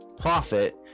profit